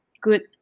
good